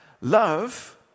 Love